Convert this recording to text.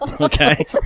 Okay